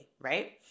right